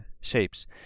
shapes